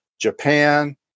Japan